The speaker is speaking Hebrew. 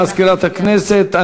תודה למזכירת הכנסת.